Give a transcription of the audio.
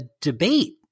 debate